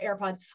AirPods